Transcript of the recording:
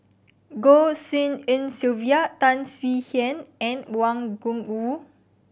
Goh Tshin En Sylvia Tan Swie Hian and Wang Gungwu